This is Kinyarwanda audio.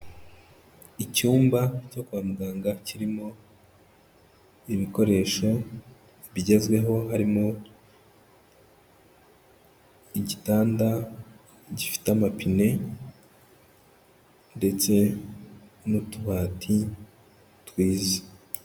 Icyumba cyo kwa muganga kirimo ibikoresho bigezweho, harimo igitanda gifite amapine ndetse n'utubati twiza.